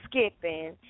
skipping